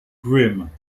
grim